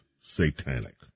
satanic